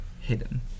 hidden